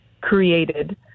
created